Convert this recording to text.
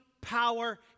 power